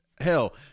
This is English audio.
Hell